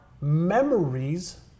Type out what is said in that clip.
memories